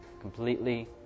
completely